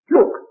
Look